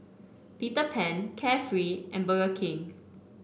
Peter Pan Carefree and Burger King